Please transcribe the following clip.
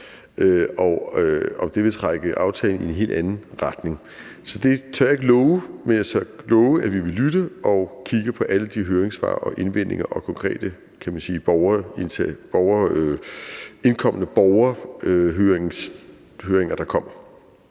om det vil trække aftalen i en helt anden retning. Så det tør jeg ikke love, men jeg tør love, at vi vil lytte og kigge på alle de høringssvar og indvendinger og konkrete indkomne – kan man sige – borgerhøringer, der kommer.